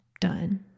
done